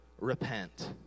repent